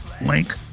link